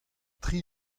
tri